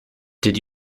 did